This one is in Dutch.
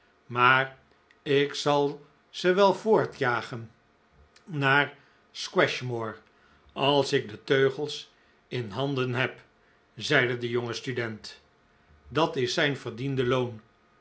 maar ik zal ze wel voortjagen naar squashmore als ik de teugels in handen heb zeide de jonge student dat is zijn verdiende loon